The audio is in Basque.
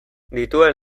dituen